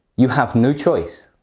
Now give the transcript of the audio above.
you have no choice.